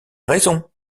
raison